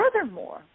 Furthermore